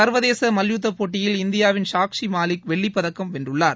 சர்வதேச மல்யுத்த போட்டியில் இந்தியாவின் சாக்ஷி மாலிக் வெள்ளிப் பதக்கம் வென்றுள்ளார்